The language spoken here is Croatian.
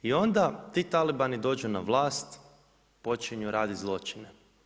I onda ti talibani dođu na vlast, počinju radit zločine.